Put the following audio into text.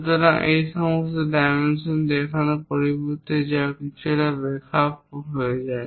সুতরাং এই সমস্ত ডাইমেনশন দেখানোর পরিবর্তে যা কিছুটা বেখাপ্পা হয়ে যায়